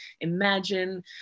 imagine